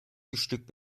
güçlük